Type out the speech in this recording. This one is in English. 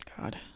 God